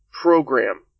program